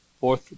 fourth